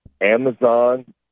Amazon